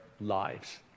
lives